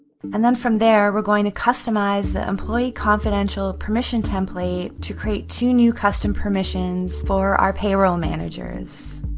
and then from there we're going to customize the employee confidential permission template to create two new custom permissions for our payroll managers.